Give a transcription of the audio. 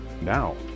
Now